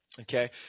Okay